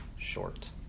short